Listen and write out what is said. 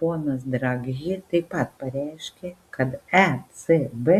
ponas draghi taip pat pareiškė kad ecb